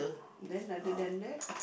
then other than that